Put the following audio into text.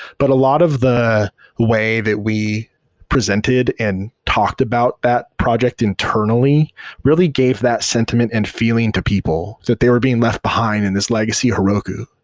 but a lot of the way that we presented and talked about that project internally really gave that sentiment and feeling to people that they were being left behind in this legacy heroku.